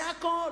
זה הכול.